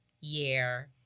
year